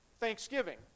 Thanksgiving